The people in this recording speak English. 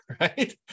right